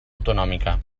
autonòmica